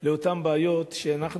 מגיעים לאותן בעיות שאנחנו